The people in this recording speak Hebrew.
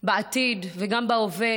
בעתיד וגם בהווה,